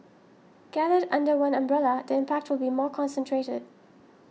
gathered under one umbrella the impact will be more concentrated